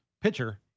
pitcher